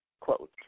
Quote